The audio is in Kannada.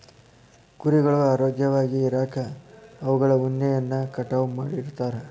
ಕುರಿಗಳು ಆರೋಗ್ಯವಾಗಿ ಇರಾಕ ಅವುಗಳ ಉಣ್ಣೆಯನ್ನ ಕಟಾವ್ ಮಾಡ್ತಿರ್ತಾರ